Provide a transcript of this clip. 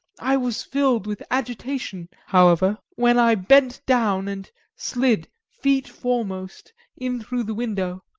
i was filled with agitation, however, when i bent down and slid feet foremost in through the window.